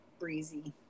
Breezy